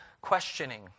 questioning